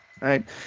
right